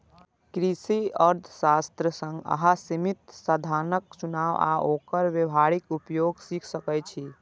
कृषि अर्थशास्त्र सं अहां सीमित साधनक चुनाव आ ओकर व्यावहारिक उपयोग सीख सकै छी